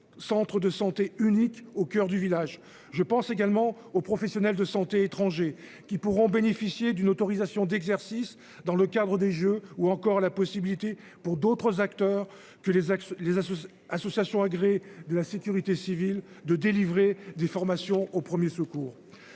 centres de santé unique au coeur du village. Je pense également aux professionnels de santé étrangers qui pourront bénéficier d'une autorisation d'exercice dans le cadre des jeux ou encore la possibilité pour d'autres acteurs que les axes, les associations agréées de la sécurité civile de délivrer des formations aux premiers secours.